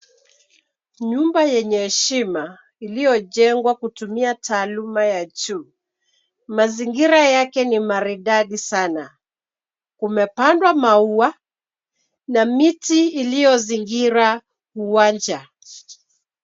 Nyumba yenye heshima iliyojengwa kutumia taaluma ya juu. Mazingira yake ni maridadi sana. Kumepandwa maua na miti iliyozingira uwanja.